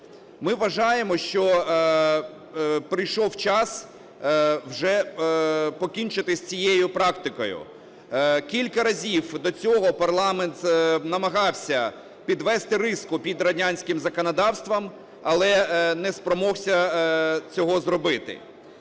Ми вважаємо, що прийшов час вже покінчити з цією практикою. Кілька разів до цього парламент намагався підвести риску під радянським законодавством, але не спромігся цього зробити.